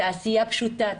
תעשיה פשוטה,